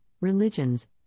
religions